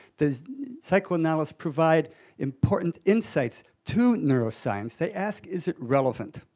does psychoanalysis provide important insights to neuroscience. they ask, is it relevant?